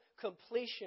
completion